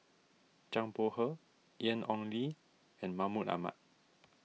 Zhang Bohe Ian Ong Li and Mahmud Ahmad